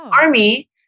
Army